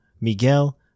Miguel